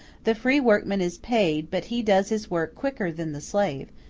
the free workman is paid, but he does his work quicker than the slave,